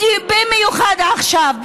במיוחד עכשיו,